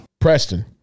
Preston